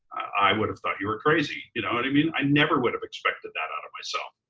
i would have thought you were crazy. you know what i mean? i never would have expected that out of myself.